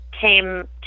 came